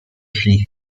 she